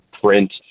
print